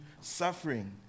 suffering